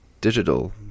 digital